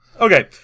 Okay